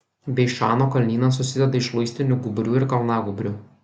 beišano kalnynas susideda iš luistinių gūbrių ir kalnagūbrių